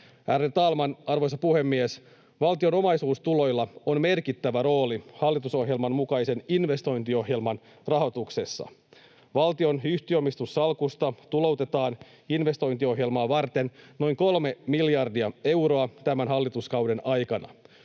Ärade talman, arvoisa puhemies! Valtion omaisuustuloilla on merkittävä rooli hallitusohjelman mukaisen investointiohjelman rahoituksessa. Valtion yhtiöomistussalkusta tuloutetaan investointiohjelmaa varten noin kolme miljardia euroa tämän hallituskauden aikana.